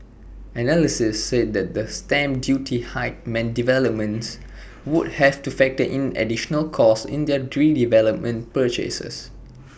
analysts said the stamp duty hike meant developers would have to factor in an additional cost in their redevelopment purchases